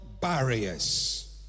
barriers